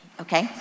Okay